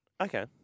Okay